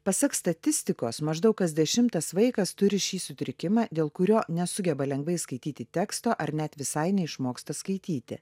pasak statistikos maždaug kas dešimtas vaikas turi šį sutrikimą dėl kurio nesugeba lengvai skaityti teksto ar net visai neišmoksta skaityti